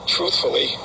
truthfully